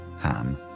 Ham